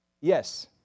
Yes